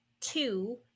two